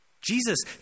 Jesus